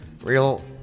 real